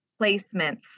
placements